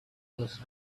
less